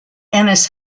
ennis